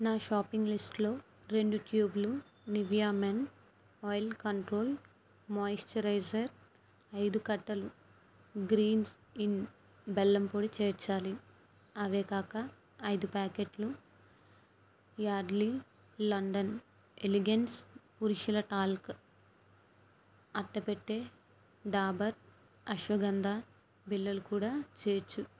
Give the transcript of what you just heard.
నా షాపింగ్ లిస్టులో రెండు ట్యూబులు Nivea men oil control moisturiser ఐదు కట్టలు గ్రీంజ్ ఇన్ బెల్లం పొడి చేర్చాలి అవే కాక ఐదు ప్యాకెట్లు యార్డలీ లండన్ ఎలిగెన్స్ పురుషుల టాల్క్ అట్టపెట్టె డాబర్ అశ్వగంధా బిళ్ళలు కూడా చేర్చు